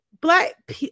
black